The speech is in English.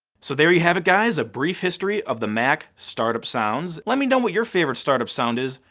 so there you have it guys, a brief history of the mac startup sounds. let me know what your favorite startup sound is.